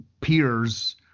peers